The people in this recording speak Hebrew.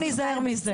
מזה.